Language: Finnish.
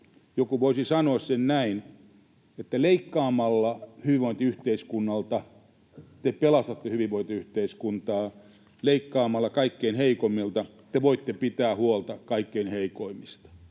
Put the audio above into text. Joku voisi sanoa sen näin, että leikkaamalla hyvinvointiyhteiskunnalta te pelastatte hyvinvointiyhteiskuntaa, leikkaamalla kaikkein heikoimmilta te voitte pitää huolta kaikkein heikoimmista.